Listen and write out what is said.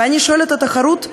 ואני שואלת: התחרות למה?